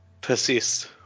Persist